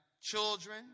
children